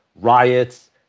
riots